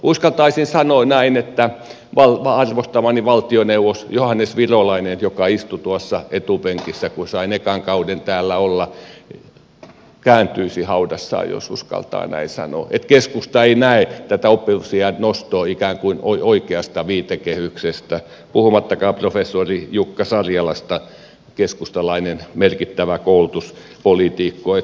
uskaltaisin sanoa näin että arvostamani valtioneuvos johannes virolainen joka istui tuossa etupenkissä kun sain ekan kauden täällä olla kääntyisi haudassaan jos uskaltaa näin sanoa että keskusta ei näe tätä oppivelvollisuusiän nostoa ikään kuin oikeasta viitekehyksestä puhumattakaan professori jukka sarjalasta keskustalainen merkittävä koulutuspoliitikko